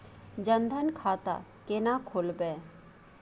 जनधन खाता केना खोलेबे?